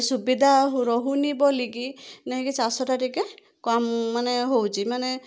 ସୁବିଧା ରହୁନି ବୋଲିକି ନେଇକି ଚାଷଟା ଟିକେ କମ୍ ମାନେ ହଉଛି ମାନେ